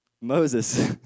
Moses